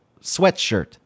sweatshirt